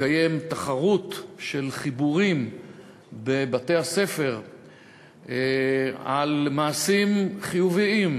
לקיים תחרות של חיבורים בבתי-הספר על מעשים חיוביים,